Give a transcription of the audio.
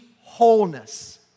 wholeness